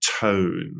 tone